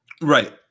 right